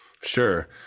Sure